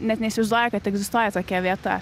net neįsivaizduoja kad egzistuoja tokia vieta